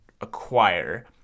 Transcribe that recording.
acquire